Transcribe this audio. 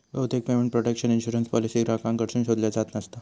बहुतेक payment protection insurance policy ग्राहकांकडसून शोधल्यो जात नसता